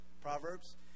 Proverbs